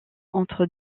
entre